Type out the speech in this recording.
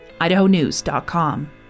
IdahoNews.com